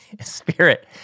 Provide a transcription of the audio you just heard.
spirit